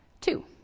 Two